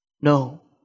No